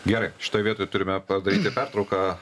gerai šitoj vietoj turime padaryti pertrauką